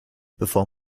bevor